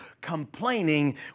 complaining